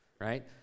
Right